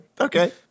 Okay